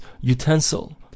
utensil